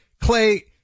Clay